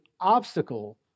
obstacle